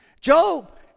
Job